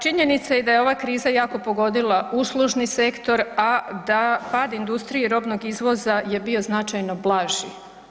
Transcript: Činjenica je da je ova kriza jako pogodila uslužni sektor, a da pad industrije i robnog izvoza je bio značajno blaži.